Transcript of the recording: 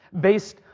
based